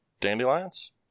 dandelions